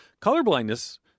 colorblindness